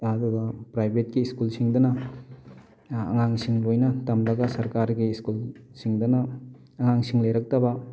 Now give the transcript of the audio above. ꯑꯗꯨꯒ ꯄ꯭ꯔꯥꯏꯚꯦꯠꯀꯤ ꯁ꯭ꯀꯨꯜꯁꯤꯡꯗꯅ ꯑꯉꯥꯡꯁꯤꯡ ꯂꯣꯏꯅ ꯇꯝꯕꯒ ꯁꯔꯀꯥꯔꯒꯤ ꯁ꯭ꯀꯨꯜꯁꯤꯡꯗꯅ ꯑꯉꯥꯡꯁꯤꯡ ꯂꯩꯔꯛꯇꯕ